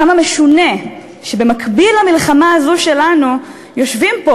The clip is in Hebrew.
כמה משונה שבמקביל למלחמה הזאת שלנו יושבים פה,